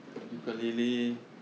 ya